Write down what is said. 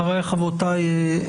חבריי וחברותיי,